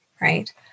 right